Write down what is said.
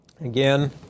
again